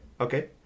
okay